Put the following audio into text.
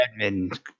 Edmund